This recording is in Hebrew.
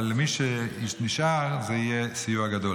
אבל למי שנשאר, זה יהיה סיוע גדול.